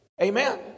Amen